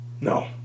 No